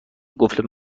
قفل